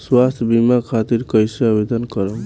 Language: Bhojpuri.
स्वास्थ्य बीमा खातिर कईसे आवेदन करम?